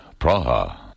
Praha